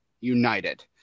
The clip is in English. United